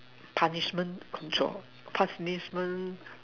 punishment control pass this men